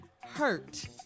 hurt